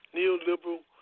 neoliberal